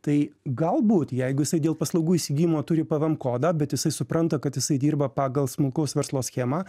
tai galbūt jeigu jisai dėl paslaugų įsigijimo turi pvm kodą bet jisai supranta kad jisai dirba pagal smulkaus verslo schemą